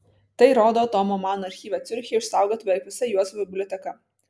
tai rodo tomo mano archyve ciuriche išsaugota beveik visa juozapo biblioteka